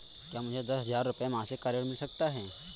क्या मुझे दस हजार रुपये मासिक का ऋण मिल सकता है?